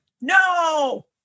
no